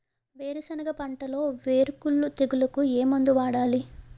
వేరుసెనగ పంటలో వేరుకుళ్ళు తెగులుకు ఏ మందు వాడాలి?